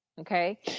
okay